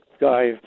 guy